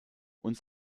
und